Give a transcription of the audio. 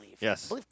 Yes